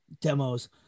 demos